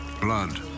blood